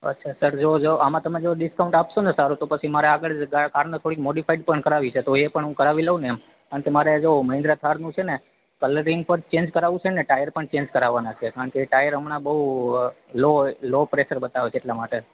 અચ્છા સર જેવો જેવો આમાં તમે ડિકાઉન્ડ આપશોને સારૂ તો પછી મારે આગળ જતા કારને થોડી મોડીફાઈ પણ કરવી છે તો એ પણ હું કરાવી લઉ ને એમ અને તમારે જો મહેન્દ્ર થારનું છે ને કેરિંગ પીએમ અંગે કરાવવુ છે અને ટાયર પણ ચંગે કરવાના છે કારણકે એ ટાયર હમણાં બહુ લો લો પ્રેશર બતાવે છે એટલા માટે